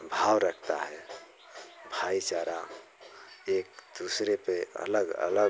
भाव रखता है भाई चारा एक दूसरे पर अलग अलग